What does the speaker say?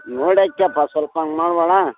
ನೋಡಿ ಹಾಕ್ಯೆಪ್ಪ ಸ್ವಲ್ಪ ಹಂಗ್ ಮಾಡ್ಬೇಡ